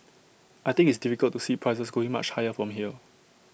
I think it's difficult to see prices going much higher from here